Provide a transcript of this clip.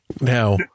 Now